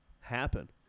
happen